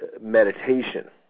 meditation